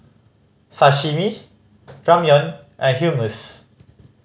Sashimi Ramyeon and Hummus